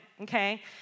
okay